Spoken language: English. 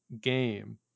game